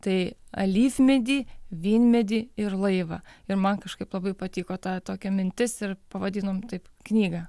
tai alyvmedį vynmedį ir laivą ir man kažkaip labai patiko ta tokia mintis ir pavadinom taip knygą